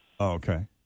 Okay